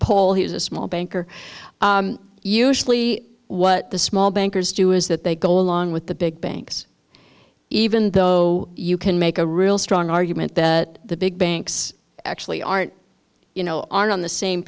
pole he's a small banker usually what the small bankers do is that they go along with the big banks even though you can make a real strong argument that the big banks actually aren't you know are on the same